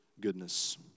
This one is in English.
goodness